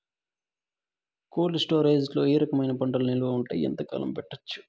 Cold storage లో ఏ రకమైన పంటలు నిలువ ఉంటాయి, ఎంతకాలం పెట్టొచ్చు?